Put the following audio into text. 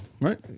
right